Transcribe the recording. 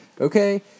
okay